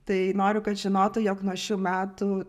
tai noriu kad žinotų jog nuo šių metų